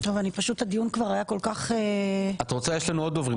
יש לנו עוד דוברים,